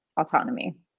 autonomy